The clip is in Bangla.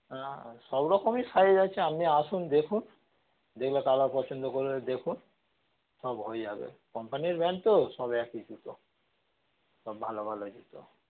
হ্যাঁ সব রকমই সাইজ যাছে আপনি আসুন দেখুন দেখলে কালার পছন্দ করে দেখুন সব হয়ে যাবে কম্পানির ব্র্যান্ড তো সব একই জুতো সব ভালো ভালো জুতো